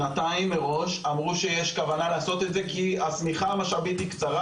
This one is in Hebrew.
שנתיים מראש אמרו שיש כוונה לעשות את זה כי השמיכה המשאבית היא קצרה